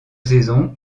saison